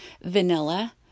vanilla